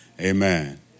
Amen